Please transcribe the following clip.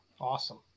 Awesome